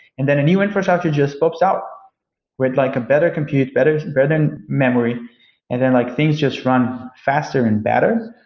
and then a new infrastructure just pops up with like a better compute, better better memory and then like things just run faster and better,